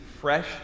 fresh